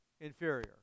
inferior